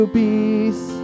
peace